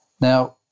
Now